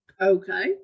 okay